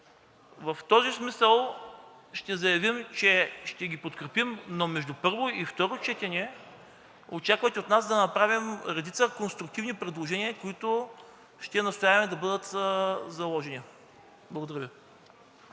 в този смисъл ще заявим, че ще ги подкрепим, но между първо и второ четене очаквайте от нас да направим редица конструктивни предложения, които ще настояваме да бъдат заложени. Благодаря Ви.